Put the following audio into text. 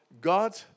God